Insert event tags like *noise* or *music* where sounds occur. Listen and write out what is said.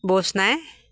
*unintelligible* নাই